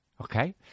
Okay